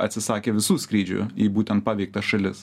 atsisakė visų skrydžių į būtent paveiktas šalis